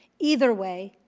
either way,